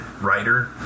writer